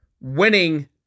winning